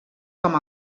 com